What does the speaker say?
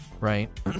right